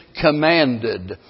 commanded